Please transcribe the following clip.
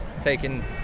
taking